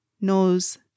knows